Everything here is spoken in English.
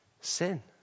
sin